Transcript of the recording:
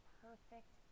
perfect